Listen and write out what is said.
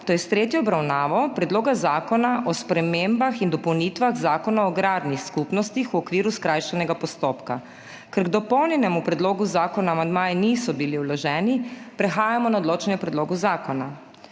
to je s tretjo obravnavo Predloga zakona o spremembah in dopolnitvah Zakona o agrarnih skupnostih v okviru skrajšanega postopka. Ker k dopolnjenemu predlogu zakona amandmaji niso bili vloženi, prehajamo na odločanje o predlogu zakona.